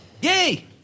Yay